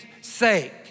sake